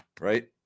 Right